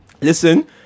Listen